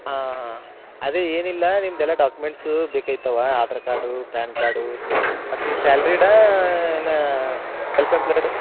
ಹಾಂ ಹಾಂ ಅದೆ ಏನಿಲ್ಲ ನಿಮ್ಮದೆಲ್ಲ ಡಾಕ್ಯುಮೆಂಟ್ಸು ಬೇಕೈತವಾ ಆಧಾರ್ ಕಾರ್ಡು ಪ್ಯಾನ್ ಕಾರ್ಡು ಮತ್ತು ನೀವು ಸ್ಯಾಲ್ರೀಡಾ ಎನಾ ಸೆಲ್ಫ್ ಎಂಪ್ಲಾಯ್ಡ್